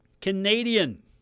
Canadian